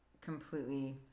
completely